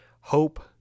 Hope